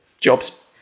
jobs